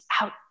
out